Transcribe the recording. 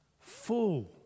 full